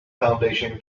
foundation